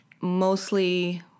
mostly